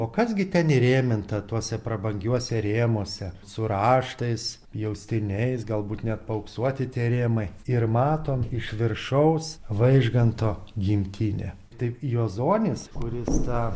o kas gi ten įrėminta tuose prabangiuose rėmuose su raštais pjaustiniais galbūt net paauksuoti tie rėmai ir matom iš viršaus vaižganto gimtinę taip juozonis kuris tą